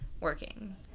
working